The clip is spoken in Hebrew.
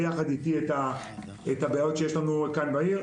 יחד איתי את הבעיות שיש לנו כאן בעיר.